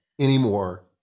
anymore